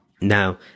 now